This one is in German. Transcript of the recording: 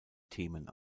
themen